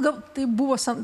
gal taip buvusia